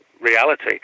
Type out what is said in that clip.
reality